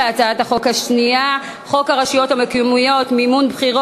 הצעת החוק שחברת הכנסת קריב ואנוכי ואחרים מבקשים לחוקק,